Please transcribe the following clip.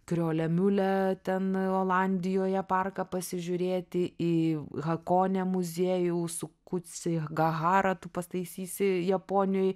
kriole miule ten olandijoje parką pasižiūrėti į hakone muziejų sukuci gahara tu pataisysi japonijoj